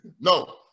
No